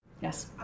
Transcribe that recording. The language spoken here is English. yes